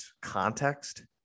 context